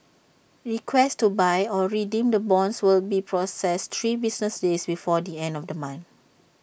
requests to buy or redeem the bonds will be processed three business days before the end of the month